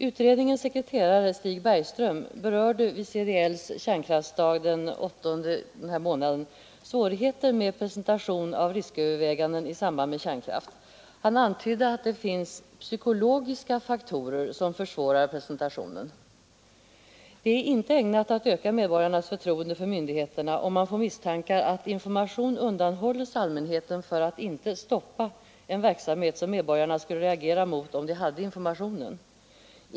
Utredningens sekreterare, Stig Bergström, berörde vid CDL:s kärnkraftsdag den 8 november svårigheter med presentation av risköverväganden i samband med kärnkraft. Han antydde att det finns psykologiska faktorer som försvårar presentationen. Det är inte ägnat att öka medborgarnas förtroende för myndigheterna om man får misstankar att information undanhålles allmänheten för att inte stoppa en verksamhet som medborgarna skulle reagera mot om de hade informationen.